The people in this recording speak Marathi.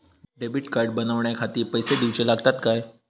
डेबिट कार्ड बनवण्याखाती पैसे दिऊचे लागतात काय?